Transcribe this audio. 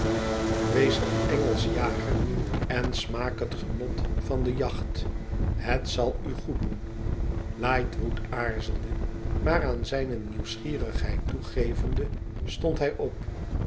wees een engelsch jager en smaak het genot van de jacht het zal u goeddoen lightwood aarzelde maar aan zijne nieuwsgierigheid toegevende stond hij op